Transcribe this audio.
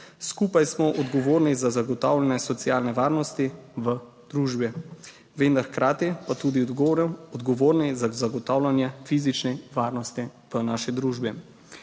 Skupaj smo odgovorni za zagotavljanje socialne varnosti v družbi, vendar hkrati pa tudi odgovorni za zagotavljanje fizične varnosti v naši družbi.